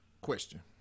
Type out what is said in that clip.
Question